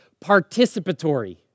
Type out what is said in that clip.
participatory